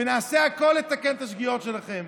ונעשה הכול לתקן את השגיאות שלכם.